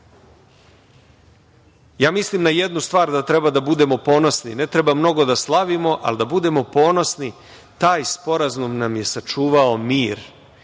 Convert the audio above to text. Mislim na jednu stvar da treba da budemo ponosni, ne treba mnogo da slavimo, ali da budemo ponosni, taj Sporazum nam je sačuvao mir.